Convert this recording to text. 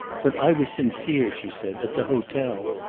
but i was sincere, she said, at the hotel.